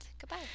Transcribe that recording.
goodbye